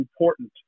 important